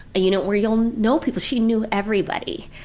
you know where you um know people. she knew everybody,